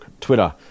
twitter